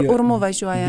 urmu važiuoja